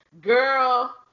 Girl